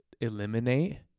eliminate